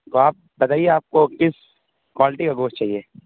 تو آپ بتائیے آپ کو کس کوالٹی کا گوشت چاہیے